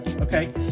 okay